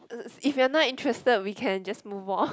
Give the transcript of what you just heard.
if you're not interested we can just move on